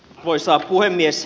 arvoisa puhemies